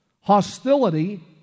Hostility